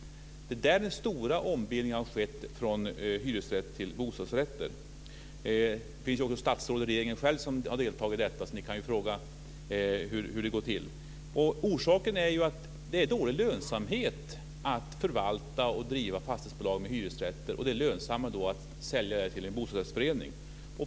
Det är där den stora ombildningen har skett från hyresrätter till bostadsrätter. Det finns en del statsråd som har deltagit i detta, så ni kan fråga hur det går till. Orsaken är att det är dålig lönsamhet att förvalta och driva ett fastighetsbolag med hyresrätter. Det är lönsammare att sälja det till en bostadsrättsförening.